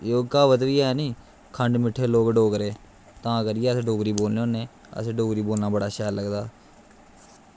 ओह् क्हावत बी ऐ नी खंड मिट्ठे लोग डोगरे तां करियै अस डोगरी बोलने होन्ने असें गी डोगरी बोलना बड़ा शैल लगदा